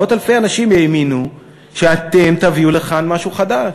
מאות אלפי אנשים האמינו שאתם תביאו לכאן משהו חדש.